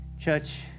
Church